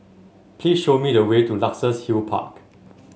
please show me the way to Luxus Hill Park